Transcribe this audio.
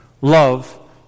Love